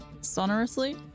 Sonorously